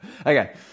Okay